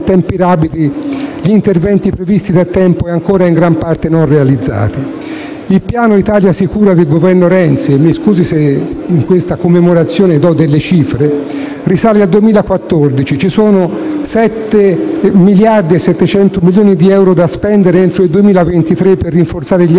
tempi rapidi gli interventi previsti da tempo e ancora in gran parte non realizzati. Il piano Italiasicura del Governo Renzi - mi scusi se in questa commemorazione do delle cifre - risale al 2014: ci sono 7,7 miliardi di euro da spendere entro il 2023 per rinforzare gli